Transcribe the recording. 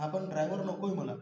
हां पण ड्रायव्हर नको आहे मला